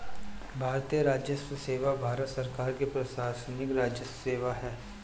भारतीय राजस्व सेवा भारत सरकार की प्रशासनिक राजस्व सेवा है